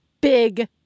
big